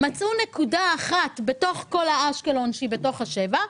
מצאו נקודה אחת בתוך כל אשקלון שהיא בתוך השבעה קילומטר,